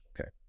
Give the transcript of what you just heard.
Okay